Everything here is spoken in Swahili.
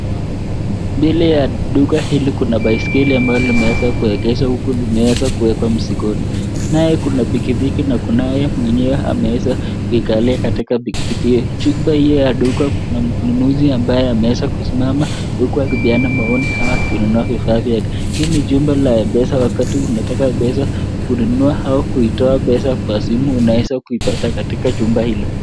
Mbele ya duka hili kuna baiskeli ambayo limeweza kuegezwa huku likiwa limeweza kuwekwa mzigoni. Kunayo pikipiki na kunayo mwenyewe ameweza kukalia katika pikipiki. Jumba hiyo ya duka kuna mnunuzi ambaye anaeza kusimama huku akipeana maoni ama akinunua vifaa vyake. Hii ni jumba la m-pesa wakati unataka pesa kununua au kuitoa pesa kwa simu unaeza kuipata katika jumba hilo.